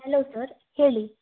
hello sir ಹೇಳಿ